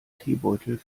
teebeutel